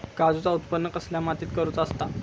काजूचा उत्त्पन कसल्या मातीत करुचा असता?